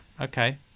Okay